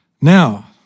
Now